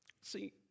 See